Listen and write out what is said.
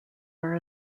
are